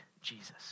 Jesus